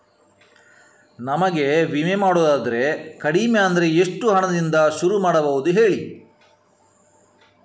ನಮಗೆ ವಿಮೆ ಮಾಡೋದಾದ್ರೆ ಕಡಿಮೆ ಅಂದ್ರೆ ಎಷ್ಟು ಹಣದಿಂದ ಶುರು ಮಾಡಬಹುದು ಹೇಳಿ